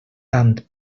tant